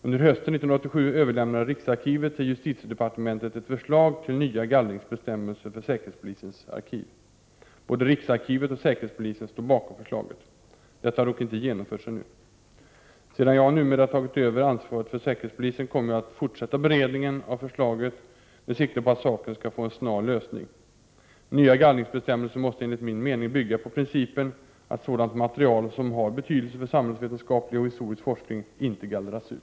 Under hösten 1987 överlämnade riksarkivet till justitiedepartementet ett förslag till nya gallringsbestämmelser för säkerhetspolisens arkiv. Både riksarkivet och säkerhetspolisen står bakom förslaget. Detta har dock inte genomförts ännu. Sedan jag numera tagit över ansvaret för säkerhetspolisen, kommer jag att fortsätta beredningen av förslaget med sikte på att saken skall få en snar lösning. Nya gallringsbestämmelser måste enligt min mening bygga på principen att sådant material som har betydelse för samhällsvetenskaplig och historisk forskning inte gallras ut.